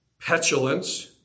petulance